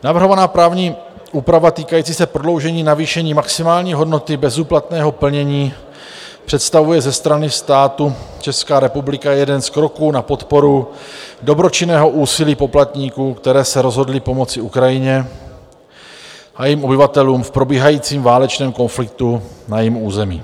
Navrhovaná právní úprava týkající se prodloužení navýšení maximální hodnoty bezúplatného plnění představuje ze strany státu Česká republika jeden z kroků na podporu dobročinného úsilí poplatníků, kteří se rozhodli pomoci Ukrajině a jejím obyvatelům v probíhajícím válečném konfliktu na jejím území.